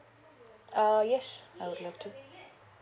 uh yes I would love to